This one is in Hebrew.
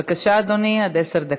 בבקשה, אדוני, עד עשר דקות.